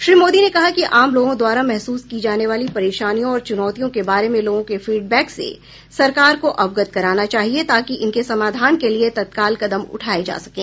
श्री मोदी ने कहा कि आम लोगों द्वारा महसूस की जाने वाली परेशानियों और चूनौतियों के बारे में लोगों के फीडबैक से सरकार को अवगत कराना चाहिए ताकि इनके समाधान के लिए तत्काल कदम उठाये जा सकें